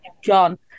John